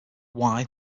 why